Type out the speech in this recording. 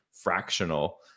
fractional